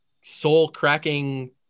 soul-cracking